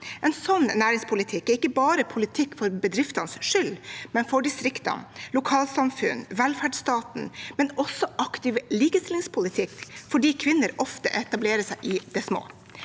En sånn næringspolitikk er ikke politikk bare for bedriftenes skyld, men for distriktene, lokalsamfunnene og velferdsstaten. Det er også en aktiv likestillingspolitikk fordi kvinner ofte etablerer seg i det små.